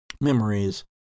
memories